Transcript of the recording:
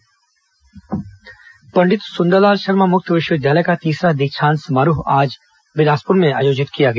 दीक्षांत समारोह पंडित सुंदरलाल शर्मा मुक्त विश्वविद्यालय का तीसरा दीक्षांत समारोह आज बिलासपुर में आयोजित किया गया